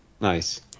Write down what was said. Nice